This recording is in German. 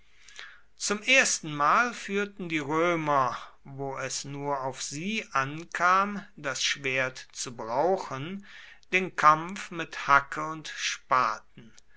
zum erstenmal führten die römer wo es nur auf sie ankam das schwert zu brauchen den kampf mit hacke und spaten